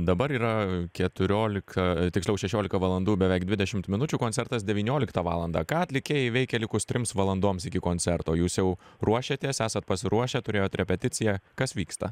dabar yra keturiolika tiksliau šešiolika valandų beveik dvidešimt minučių koncertas devynioliktą valandą ką atlikėjai veikia likus trims valandoms iki koncerto jūs jau ruošiatės esat pasiruošę turėjot repeticiją kas vyksta